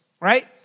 right